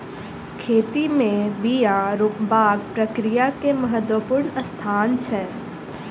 खेती में बिया रोपबाक प्रक्रिया के महत्वपूर्ण स्थान छै